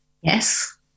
Yes